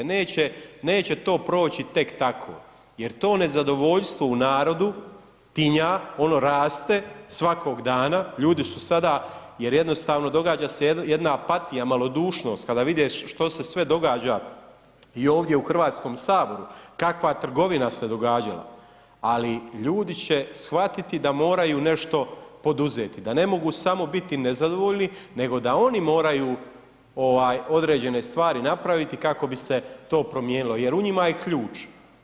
Neće to proći tek tako jer to nezadovoljstvo u narodu tinja, ono raste, svakog dana, ljudi su sada, jer jednostavno događa se jedna apatija, malodušnost kada vide što se sve događa i ovdje u Hrvatskom saboru, kakva trgovina se događala, ali ljudi će shvatiti da moraju nešto poduzeti, da ne mogu samo biti nezadovoljni nego da oni moraju određene stvari napraviti kako bi se to promijenilo jer u njima je ključ.